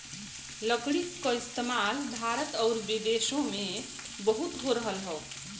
लकड़ी क इस्तेमाल भारत आउर विदेसो में बहुत हो रहल हौ